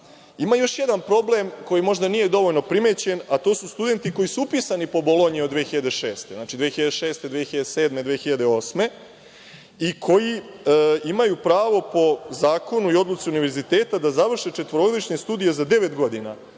još jedan problem koji možda nije dovoljno primećen, a to su studenti koji su upisani po Bolonji od 2006, znači, 2006, 2007, 2008. godine i koji imaju pravo po zakonu i odluci Univerziteta da završe četvorogodišnje studije za devet godina,